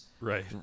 Right